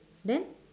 then